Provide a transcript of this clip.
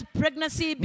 pregnancy